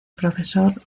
profesor